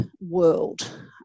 world